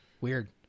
Weird